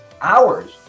hours